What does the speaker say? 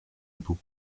époux